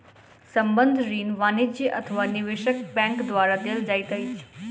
संबंद्ध ऋण वाणिज्य अथवा निवेशक बैंक द्वारा देल जाइत अछि